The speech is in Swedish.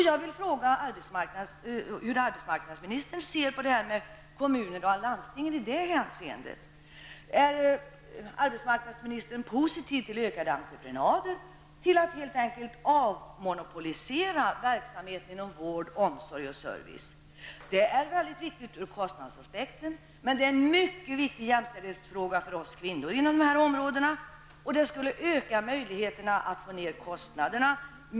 Jag vill fråga hur arbetsmarknadsministern ser på kommunerna och landstinget i det hänseendet. Är arbetsmarknadsministern positiv till ökade entreprenader, till att helt enkelt avmonopolisera verksamheten inom vård, omsorg och service? Det är mycket viktigt ur kostnadsaspekten. Det skulle öka möjligheterna att få ned kostnaderna. Detta är dessutom en mycket viktig jämställdhetsfråga för oss kvinnor inom dessa områden.